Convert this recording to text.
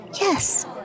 Yes